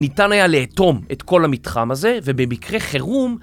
ניתן היה לאטום את כל המתחם הזה, ובמקרה חירום...